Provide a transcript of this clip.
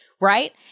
Right